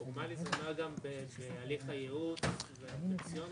פורמלית זה גם בהליך הערעור הפנסיוני?